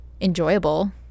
enjoyable